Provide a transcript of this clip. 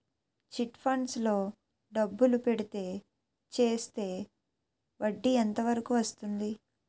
Chit funds లో డబ్బులు పెడితే చేస్తే వడ్డీ ఎంత వరకు వస్తుంది?